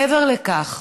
מעבר לכך,